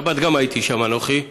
השבת גם הייתי שם אנוכי,